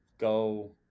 Go